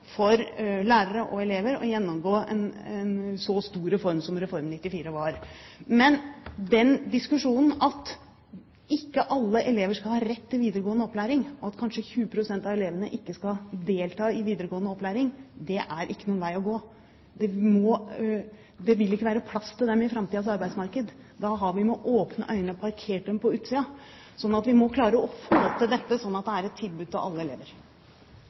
for lærere og elever å gjennomgå en så stor reform som Reform 94 var. Men den diskusjonen at ikke alle elever skal ha rett til videregående opplæring, og at kanskje 20 pst. av elevene ikke skal delta i videregående opplæring, er ikke veien å gå. Det vil ikke være plass til dem i framtidens arbeidsmarked. Da har vi med åpne øyne parkert dem på utsiden. Vi må klare å få til dette, slik at det er et tilbud til alle elever.